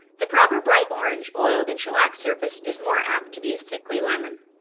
the proper bright-orange, oiled and shellacked surface is more apt to be a sickly lemon.